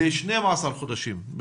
ל-12 חודשים.